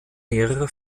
mehrere